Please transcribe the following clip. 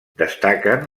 destaquen